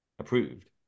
Approved